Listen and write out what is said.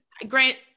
Grant